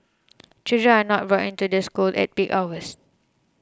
children are not brought into the school at peak hours